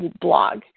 blog